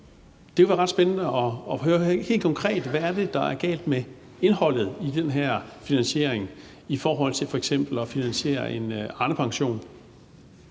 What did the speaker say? Det kunne være ret spændende at høre helt konkret, hvad det er, der er galt med indholdet i den her finansiering i forhold til f.eks. at finansiere en Arnepension.